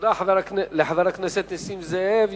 תודה לחבר הכנסת נסים זאב.